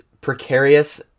precarious